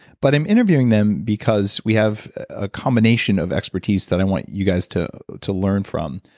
but i'm interviewing them because we have a combination of expertise that i want you guys to to learn from.